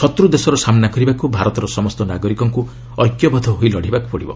ଶତ୍ର ଦେଶର ସାମ୍ନା କରିବାକୁ ଭାରତ ସମସ୍ତ ନାଗରିକଙ୍କୁ ଐକ୍ୟବଦ୍ଧ ହୋଇ ଲଢିବାକୁ ପଡିବ